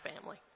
family